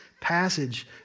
passage